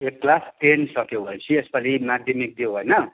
ए class ten सक्यो भनेपछि यसपालि माध्यमिक दियौ होइन